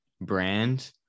brand